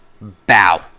Bow